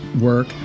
work